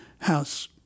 House